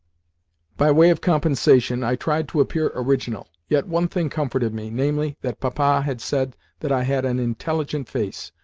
by way of compensation, i tried to appear original. yet one thing comforted me, namely, that papa had said that i had an intelligent face.